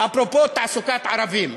אפרופו תעסוקת ערבים,